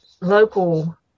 local